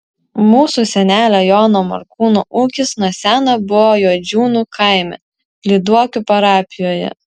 mūsų senelio jono morkūno ūkis nuo seno buvo juodžiūnų kaime lyduokių parapijoje